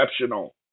exceptional